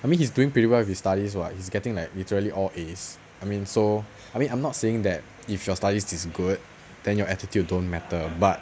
I mean he's doing pretty well with his studies [what] he's getting like literally all A's I mean so I mean I'm not saying that if your studies is good then your attitude don't matter but